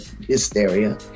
hysteria